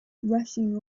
rushing